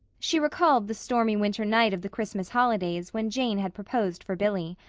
she recalled the stormy winter night of the christmas holidays when jane had proposed for billy.